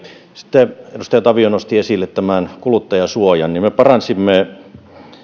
sitten edustaja tavio nosti esille kuluttajansuojan me paransimme